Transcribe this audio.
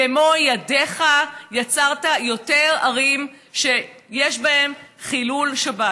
במו ידיך יצרת יותר ערים שיש בהן חילול שבת.